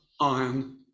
iron